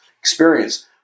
experience